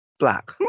Black